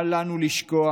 אל לנו לשכוח